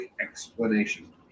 explanation